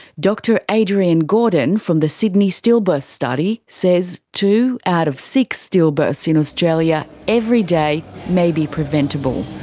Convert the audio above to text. dr adrienne gordon from the sydney stillbirth study says two out of six stillbirths in australia every day may be preventable.